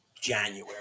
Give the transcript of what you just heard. January